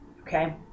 okay